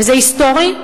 וזה היסטורי,